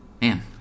Man